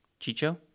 Chicho